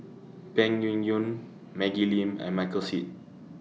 Peng Yuyun Maggie Lim and Michael Seet